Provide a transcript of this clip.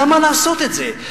למה לעשות את זה?